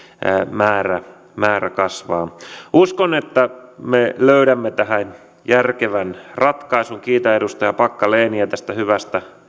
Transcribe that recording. määrä määrä kasvaa uskon että me löydämme tähän järkevän ratkaisun kiitän edustaja packalenia tästä hyvästä